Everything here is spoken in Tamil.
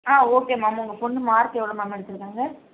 ஆ ஓகே மேம் உங்கள் பொண்ணு மார்க்கு எவ்வளோ மேம் எடுத்துருக்காங்க